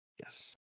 Yes